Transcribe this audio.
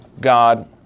God